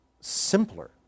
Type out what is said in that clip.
simpler